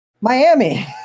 Miami